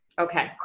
Okay